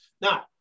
now